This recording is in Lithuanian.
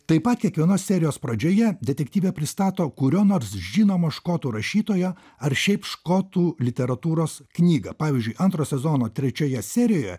taip pat kiekvienos serijos pradžioje detektyvė pristato kurio nors žinomo škotų rašytojo ar šiaip škotų literatūros knygą pavyzdžiui antro sezono trečioje serijoje